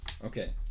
Okay